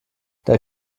der